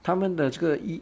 它们的这个 !ee!